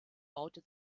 baute